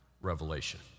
revelation